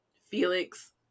Felix